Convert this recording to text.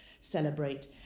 celebrate